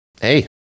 hey